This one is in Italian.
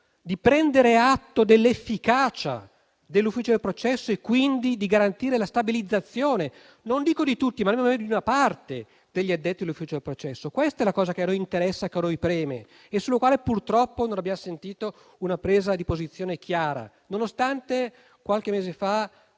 di prendere atto dell'efficacia dell'ufficio del processo e quindi di garantire la stabilizzazione non dico di tutti, ma di una parte degli addetti all'ufficio del processo? Questo è ciò che a noi interessa e che a noi preme, su cui purtroppo non abbiamo sentito una presa di posizione chiara, nonostante qualche mese fa